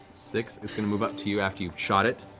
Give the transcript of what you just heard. six. it's going to move up to you after you shot it.